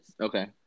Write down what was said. Okay